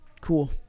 cool